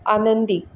आनंदी